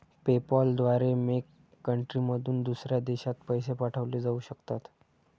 PayPal द्वारे make कंट्रीमधून दुसऱ्या देशात पैसे पाठवले जाऊ शकतात